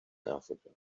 africa